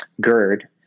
GERD